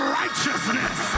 righteousness